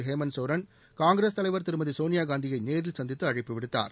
ஹேமந்த் சோரன் காங்கிரஸ் தலைவர் திருமதி சோனியா காந்தியை நேரில் சந்தித்து அழைப்பு விடுத்தார்